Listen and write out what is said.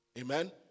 Amen